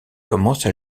commence